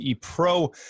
Pro